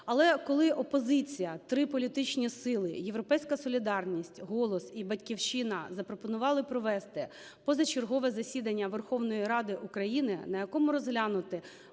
Але, коли опозиція, три політичні сили – "Європейська солідарність", "Голос" і "Батьківщина" – запропонували провести позачергове засідання Верховної Ради України, на якому розглянути